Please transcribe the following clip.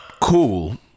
cool